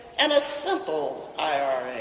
and a simple ira.